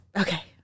Okay